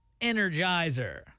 Energizer